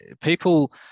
People